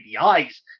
APIs